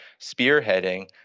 spearheading